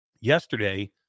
yesterday